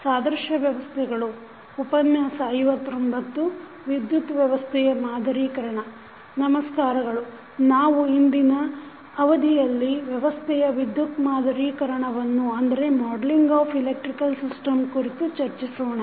ಸಾದೃಶ್ಯ ವ್ಯವಸ್ಥೆಗಳು ಉಪನ್ಯಾಸ 59 ವಿದ್ಯುತ್ ವ್ಯವಸ್ಥೆಯ ಮಾದರೀಕರಣ ನಮಸ್ಕಾರಗಳು ನಾವು ಇಂದಿನ ಅವಧಿಯಲ್ಲಿ ವ್ಯವಸ್ಥೆಯ ವಿದ್ಯುತ್ ಮಾದರರೀಕರಣವನ್ನು ಕುರಿತು ಚರ್ಚಿಸೋಣ